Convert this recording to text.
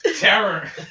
Terror